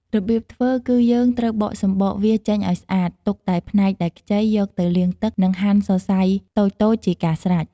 របៀបធ្វើគឺ យើងត្រូវបកសំបកវាចេញឱ្យស្អាត ទុកតែផ្នែកដែលខ្ចី យកទៅលាងទឹក និងហាន់សរសៃតូចៗជាការស្រេច។